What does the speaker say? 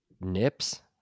nips